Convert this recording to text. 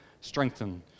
strengthen